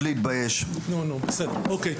הישיבה ננעלה בשעה 11:17.